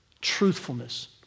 truthfulness